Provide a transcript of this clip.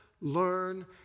learn